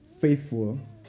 faithful